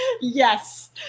Yes